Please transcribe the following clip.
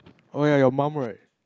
oh ya your mum right